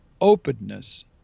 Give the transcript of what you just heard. openness